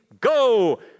go